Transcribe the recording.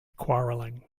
quarrelling